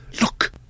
Look